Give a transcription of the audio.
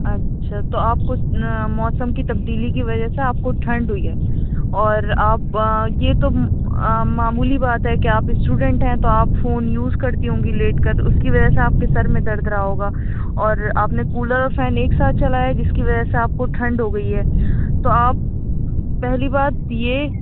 اچھا تو آپ کو موسم کی تبدیلی کی وجہ سے آپ کو ٹھنڈ ہوئی ہے اور آپ یہ تو معمولی بات ہے کہ آپ اسٹوڈنٹ ہیں تو آپ فون یوز کرتی ہوں گی لیٹ کر اُس کہ وجہ سے آپ کے سر میں درد رہا ہوگا اور آپ نے کولر اور فین ایک ساتھ چلایا جس کی وجہ سے آپ کو ٹھنڈ ہوگئی ہے تو آپ پہلی بات یہ